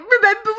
remember